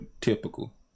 typical